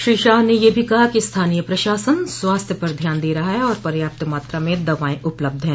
श्री शाह ने यह भी कहा कि स्थानीय प्रशासन स्वास्थ्य पर ध्यान दे रहा है और पर्याप्त मात्रा में दवाएं उपलब्ध हैं